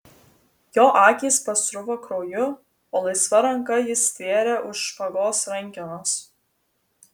jo akys pasruvo krauju o laisva ranka jis stvėrė už špagos rankenos